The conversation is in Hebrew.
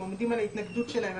הם עומדים על ההתנגדות שלהם.